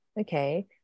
okay